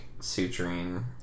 suturing